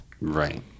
Right